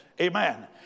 Amen